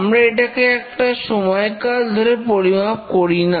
আমরা এটাকে একটা সময়কাল ধরে পরিমাপ করি না